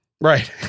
Right